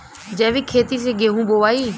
जैविक खेती से गेहूँ बोवाई